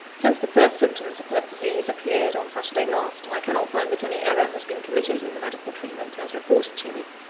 since the first symptoms of her disease appeared, on saturday last, i cannot find that any error has been committed in the medical treatment, as reported to me.